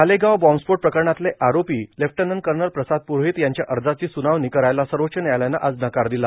मालेगाव बॉम्बस्फोट प्रकरणातला आरोपी लेफ्टनंट कर्नल प्रसाद प्ररोहित याच्या अर्जाची सुनावणी करायला सर्वोच्च व्यायालयानं आज नकार दिला